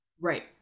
Right